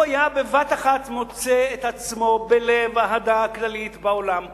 הוא היה בבת-אחת מוצא את עצמו בלב האהדה הכללית בעולם כולו.